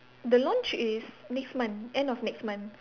the launch is next month end of next month